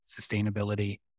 sustainability